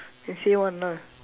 just say one ah